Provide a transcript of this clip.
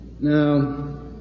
Now